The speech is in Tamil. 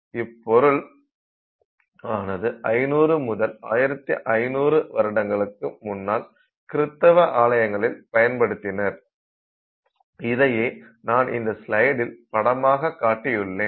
இப்பொருள் ஆனது 500 முதல் 1500 வருடங்களுக்கு முன்னால் கிறிஸ்துவ ஆலயங்களில் பயன்படுத்தினர் இதையே நான் இந்த ஸ்லைடில் படமாக காட்டியுள்ளேன்